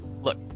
look